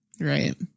Right